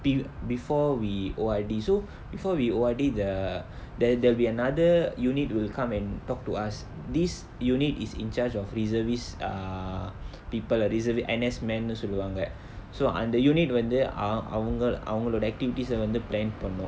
be~ before we O_R_D so before we O_R_D the there there'll be another unit will come and talk to us this unit is in charge of reservist err people ah reservist N_S man uh சொல்லுவாங்க:solluvaanga so அந்த:antha unit வந்து:vanthu ah அவங்கள் அவங்களுடைய:avangal avangaludaiya activities ah வந்து:vanthu planned பண்ணு:pannu